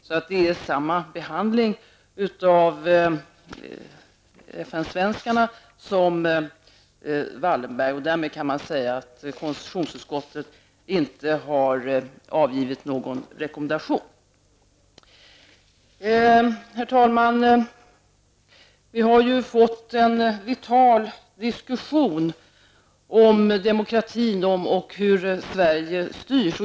Man behandlar alltså framställningarna om minnesmärken över FN-svenskarna resp. över Wallenberg på samma sätt, utan att avge någon rekommendation. Herr talman! Vi har fått en vital debatt om demokratin och om hur Sverige styrs.